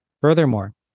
Furthermore